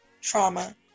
trauma